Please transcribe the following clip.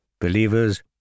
Believers